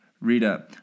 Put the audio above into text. Rita